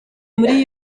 muri